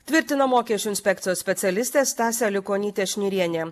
tvirtino mokesčių inspekcijos specialistė stasė aliukonytė šnirienė